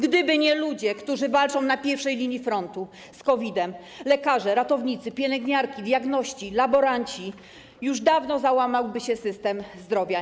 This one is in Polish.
Gdyby nie ludzie, którzy walczą na pierwszej linii frontu z COVID-em, lekarze, ratownicy, pielęgniarki, diagności, laboranci, już dawno załamałby się system zdrowia.